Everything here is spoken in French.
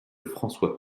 françois